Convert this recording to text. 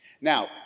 Now